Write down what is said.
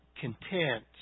content